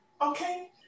okay